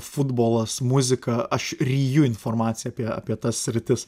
futbolas muzika aš ryju informaciją apie apie tas sritis